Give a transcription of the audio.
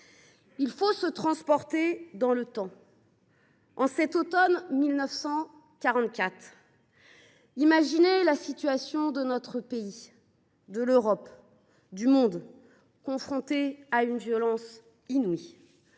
Il faut se transporter dans le temps, en cet automne de 1944 ; imaginer la situation de notre pays, de l’Europe et même du monde entier, confronté à une violence inouïe.